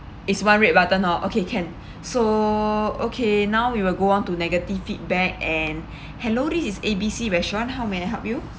is one red button hor okay can so okay now we will go on to negative feedback and hello this is A B C restaurant how may I help you